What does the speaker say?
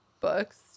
books